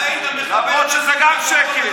למרות שזה שקר.